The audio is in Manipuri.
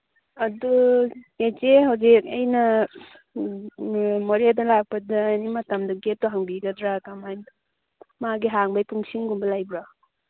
ꯑꯗꯨ ꯆꯦꯆꯦ ꯍꯧꯖꯤꯛ ꯑꯩꯅ ꯃꯣꯔꯦꯗ ꯂꯥꯛꯄꯗ ꯑꯦꯅꯤ ꯃꯇꯝꯗ ꯒꯦꯠꯇꯨ ꯍꯥꯡꯕꯤꯒꯗ꯭ꯔꯥ ꯀꯃꯥꯏ ꯃꯥꯒꯤ ꯍꯥꯡꯕꯒꯤ ꯄꯨꯡꯁꯤꯡꯒꯨꯝꯕ ꯂꯩꯕ꯭ꯔꯥ